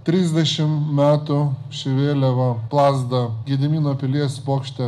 trisdešim metų ši vėliava plazda gedimino pilies bokšte